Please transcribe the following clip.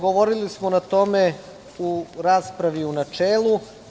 Govorili smo o tome u raspravi u načelu.